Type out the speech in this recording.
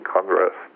Congress